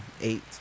eight